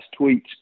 tweets